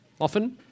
often